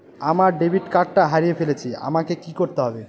আমার ডেবিট কার্ডটা হারিয়ে ফেলেছি আমাকে কি করতে হবে?